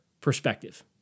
perspective